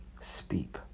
speak